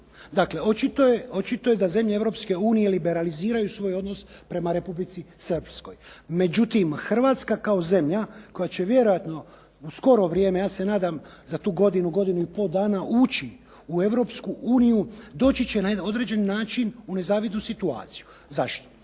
Dakle, očito je da zemlje Europske unije liberaliziraju svoj odnos prema Republici Srpskoj. Međutim, Hrvatska kao zemlja koja će vjerojatno u skoro vrijeme, ja se nadam za tu godinu, godinu i pol dana ući u Europsku uniju, doći će na određeni način u nezavidnu situaciju. Zašto?